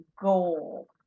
goal